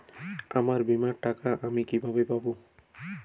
আমার বীমার টাকা আমি কিভাবে পাবো?